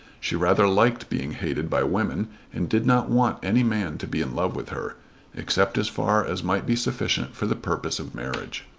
she rather liked being hated by women and did not want any man to be in love with her except as far as might be sufficient for the purpose of marriage.